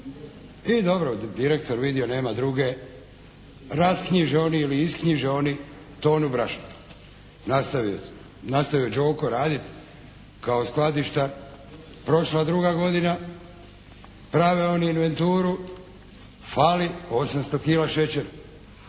I dobro. Direktor vidio nema druge. Rasknjiže oni ili isknjiže oni tonu brašna. Nastavio Đoko raditi kao skladištar. Prošla druga godina. Prave oni inventuru. Fali 800 kila šećera.